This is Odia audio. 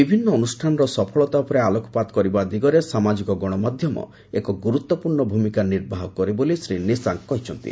ବିଭିନ୍ନ ଅନୁଷ୍ଠାନର ସଫଳତା ଉପରେ ଆଲୋକପାତ କରିବା ଦିଗରେ ସାମାଜିକ ଗଣମାଧ୍ୟମ ଏକ ଗୁରୁତ୍ୱପୂର୍ଣ୍ଣ ଭୂମିକା ନିର୍ବାହ କରେ ବୋଲି ଶ୍ରୀ ନିଶାଙ୍କ କହିଛନ୍ତି